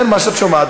כן, מה שאת שומעת.